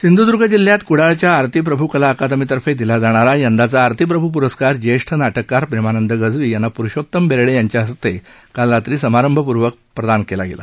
सिंध्दूर्ग जिल्हयात क्डाळच्या आरती प्रभू कला अकादमीतर्फे दिला जाणारा यंदाचा आरती प्रभू प्रस्कार ज्येष्ठ नाटककार प्रेमानंद गजवी यांना प्रुषोतम बेर्डे यांच्या हस्ते काल रात्री समारंभपूर्वक प्रदान करण्यात आला